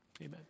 Amen